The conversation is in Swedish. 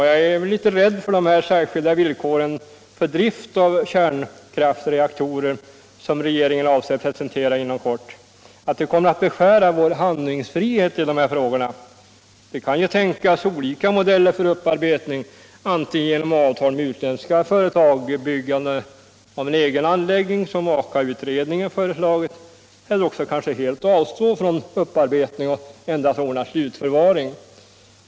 Jag är litet rädd för att de särskilda villkor för drift av kärnkraftsreaktorer som regeringen avser att presentera inom kort kommer att beskära vår handlingsfrihet i de här frågorna. Man kan tänka sig olika modeller för upparbetning — antingen genom avtal med utländska företag eller genom byggande av en egen anläggning, som Aka-utredningen föreslagit, kanske också genom att helt avstå från upparbetning och endast ordna slutförvaring.